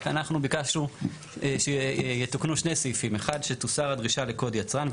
רק אנחנו ביקשנו שיתוקנו שני סעיפים: שתוסר הדרישה לקוד יצרן.